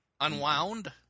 Unwound